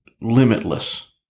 limitless